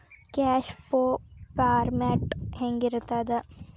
Cash flow format ಹೆಂಗಿರ್ತದ?